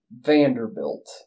Vanderbilt